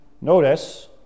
Notice